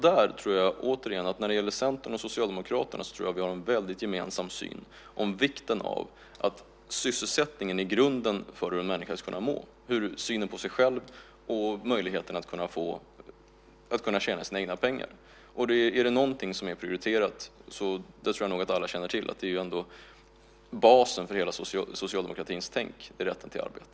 Där tror jag återigen att Centern och Socialdemokraterna har en gemensam syn på vikten av att sysselsättningen är grunden för hur en människa mår, synen på sig själv och möjligheten att tjäna sina egna pengar. Det om något är prioriterat. Jag tror nog att alla känner till att basen för hela socialdemokratins tänk är rätten till arbete.